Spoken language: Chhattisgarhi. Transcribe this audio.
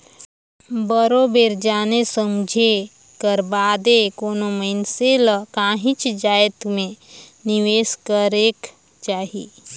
बरोबेर जाने समुझे कर बादे कोनो मइनसे ल काहींच जाएत में निवेस करेक जाही